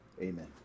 amen